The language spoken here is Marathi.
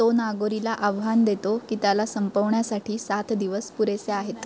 तो नागोरीला आव्हान देतो की त्याला संपवण्यासाठी सात दिवस पुरेसे आहेत